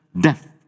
death